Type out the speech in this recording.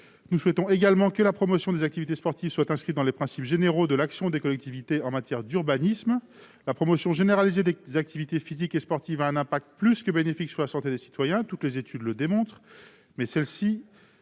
Nous souhaitons également que la promotion des activités sportives soit inscrite dans les principes généraux de l'action des collectivités en matière d'urbanisme. La promotion généralisée des activités physiques et sportives a un impact plus que bénéfique sur la santé des citoyens, toutes les études le démontrent. Mais elle